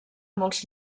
molts